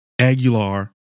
Aguilar